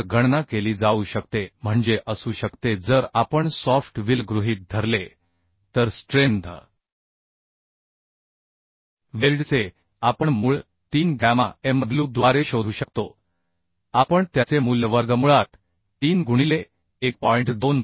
वर गणना केली जाऊ शकते म्हणजे असू शकते जर आपण सॉफ्ट विल गृहीत धरले तर स्ट्रेंथ वेल्डचे आपण मूळ 3 गॅमा mw द्वारे शोधू शकतो आपण त्याचे मूल्य वर्गमुळात 3 गुणिले 1